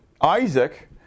Isaac